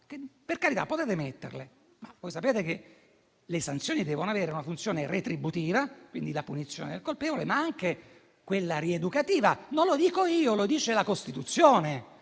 Per carità, potete metterle, ma, come sapete, devono avere una funzione retributiva (quindi la punizione del colpevole), ma anche rieducativa. Non lo dico io, lo dice la Costituzione.